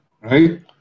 right